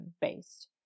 based